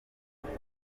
uriya